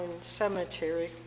Cemetery